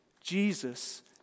Jesus